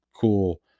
cool